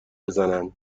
بزنند